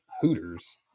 hooters